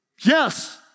Yes